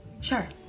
Sure